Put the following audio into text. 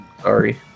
sorry